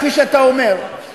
כפי שאתה אומר,